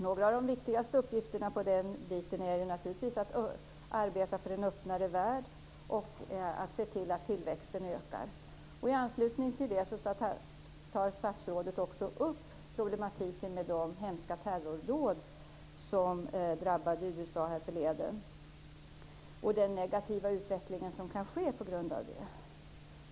Några av de viktigaste uppgifterna är att arbeta för en öppnare värld och att se till att tillväxten ökar. I anslutning till det tar statsrådet upp problemen med de hemska terrordåd som drabbade USA härförleden och den negativa utveckling som sker på grund av dessa dåd.